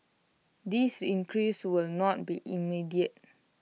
this increase will not be immediate